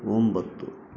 ಒಂಬತ್ತು